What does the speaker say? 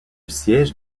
siège